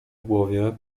głowie